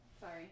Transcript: Sorry